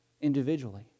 individually